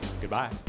Goodbye